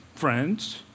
Friends